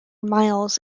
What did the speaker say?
miles